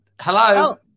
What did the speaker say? Hello